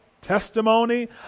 testimony